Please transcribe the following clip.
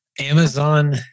Amazon